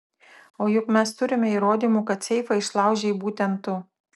o juk mes turime įrodymų kad seifą išlaužei būtent tu